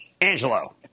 Angelo